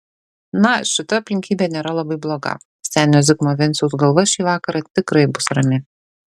na šita aplinkybė nėra labai bloga senio zigmo venciaus galva šį vakarą tikrai bus rami